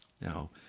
Now